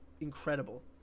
incredible